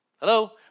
Hello